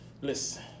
Listen